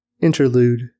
interlude